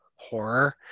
Horror